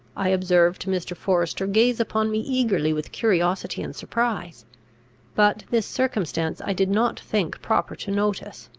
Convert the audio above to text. i observed mr. forester gaze upon me eagerly with curiosity and surprise but this circumstance i did not think proper to notice.